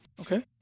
Okay